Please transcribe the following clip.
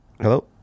Hello